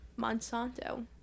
Monsanto